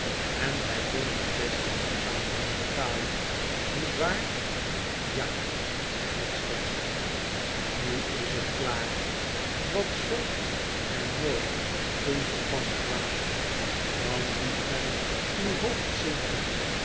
en gij kondt het beste langzamerhand betalen niet waar ja en het slechtste nu is het klaar wat zongt gij mooi toen ge pas kwaamt dan liet gij uw hoofd zinken